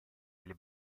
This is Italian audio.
delle